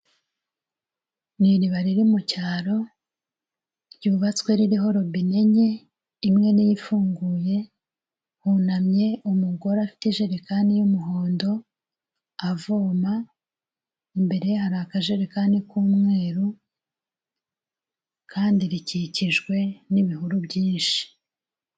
Ni iriba riri mu cyaro ryubatswe ririho robine enye imwe ni yo ifunguye, hunamye umugore afite ijerekani y'umuhondo avoma, imbere ye hari akajerekani k'umweru kandi rikikijwe n'ibihuru byinshi.